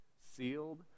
sealed